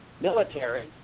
military